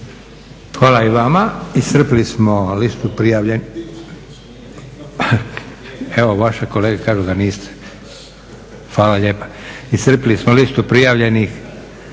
Hvala i vama. Iscrpili smo listu prijavljenih. …/Upadica se ne čuje./… Evo vaši kolege kažu da niste. Hvala lijepa. Iscrpili smo listu prijavljenih